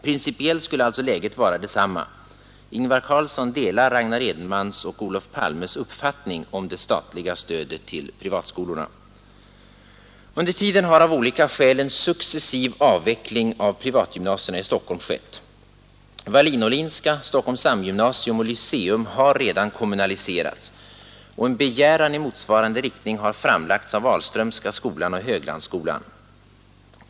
Principiellt skulle alltså läget vara detsamma: Ingvar Carlsson delar Ragnar Edenmans och Olof Palmes uppfattning om det statliga stödet till privatskolorna. Under tiden har av olika skäl en successiv avveckling av privatgymnasierna i Stockholm skett. Wallin-Åhlinska, Stockholms sam gymnasium och Lyceum har redan kommunaliserats, och en begäran i motsvarande riktning har framlagts av Ahlströmska skolan och Höglandsskolan.